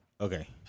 Okay